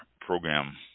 program